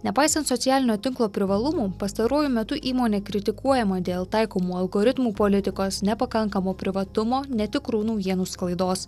nepaisant socialinio tinklo privalumų pastaruoju metu įmonė kritikuojama dėl taikomų algoritmų politikos nepakankamo privatumo netikrų naujienų sklaidos